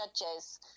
Judges